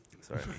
Sorry